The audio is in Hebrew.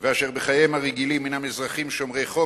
ואשר בחייהם הרגילים הינם אזרחים שומרי חוק,